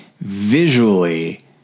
visually